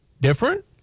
different